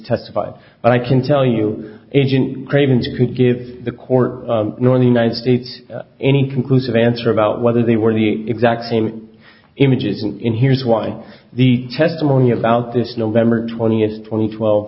testified but i can tell you agent craven's could give the court nor the united states any conclusive answer about whether they were the exact same images and in here's why the testimony about this november twentieth twenty twelve